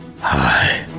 Hi